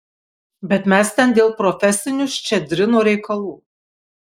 bet mes ten dėl profesinių ščedrino reikalų